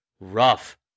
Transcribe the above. Rough